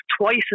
twice